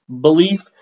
belief